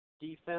defense